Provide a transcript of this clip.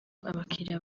abakiriya